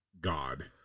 God